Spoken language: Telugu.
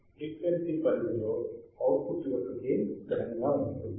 ఫ్రీక్వెన్సీ పరిధిలో అవుట్పుట్ యొక్క గెయిన్ స్థిరంగా ఉంటుంది